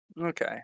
Okay